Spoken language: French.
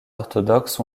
orthodoxes